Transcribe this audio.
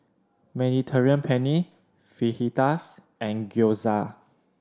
Mediterranean Penne Fajitas and Gyoza